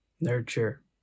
nurture